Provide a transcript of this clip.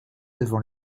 devant